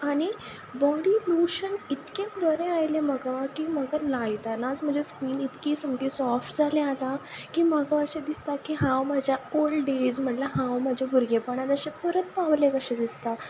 आनी body lotion इतकें बरें आयलें म्हाका की म्हाका लायतनाच म्हजी स्कीन इतकी सामकी सॉफ्ट जाल्या आतां की म्हाका अशें दिसता की हांव म्हज्या ओल्ड डेज म्हटल्या हांव म्हज्या भुरगेंपणान अशें परत पावलें अशें दिसता